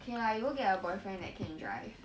okay lah you go get a boyfriend that can drive